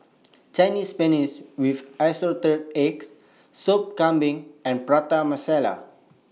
Chinese Spinach with Assorted Eggs Soup Kambing and Prata Masala